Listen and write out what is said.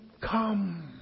come